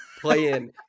playing